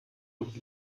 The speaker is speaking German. und